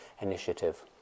Initiative